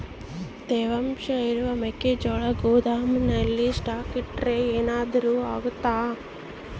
ತೇವಾಂಶ ಇರೋ ಮೆಕ್ಕೆಜೋಳನ ಗೋದಾಮಿನಲ್ಲಿ ಸ್ಟಾಕ್ ಇಟ್ರೆ ಏನಾದರೂ ಅಗ್ತೈತ?